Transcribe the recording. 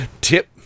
Tip